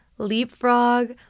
leapfrog